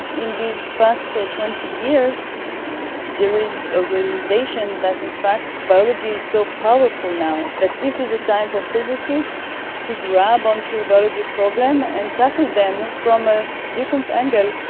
in these but past twenty years there is a realisation that in fact biology is so powerful now that this is a time for physicists to grab on to biology problems and tackle them from a different angle.